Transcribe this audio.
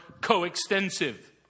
coextensive